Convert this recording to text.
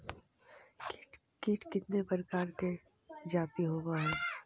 कीट कीतने प्रकार के जाती होबहय?